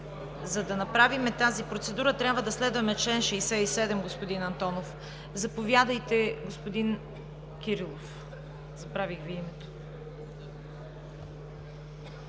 За да направим тази процедура, трябва да следваме чл. 67, господин Антонов. Заповядайте, господин Кирилов. ДАНАИЛ КИРИЛОВ